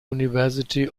university